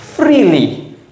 Freely